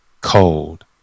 cold